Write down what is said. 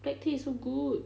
black tea is so good